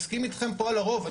אני מסכים אתכם פה על הרוב.